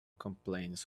complaints